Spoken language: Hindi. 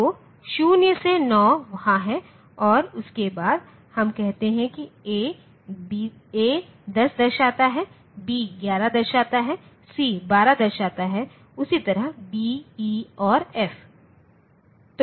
तो 0 से 9 वहाँ है और उसके बाद हम कहते हैं कि A 10 दर्शाता है B 11 दर्शाता है C 12 दर्शाता है उसी तरह D E और F